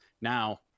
Now